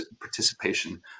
participation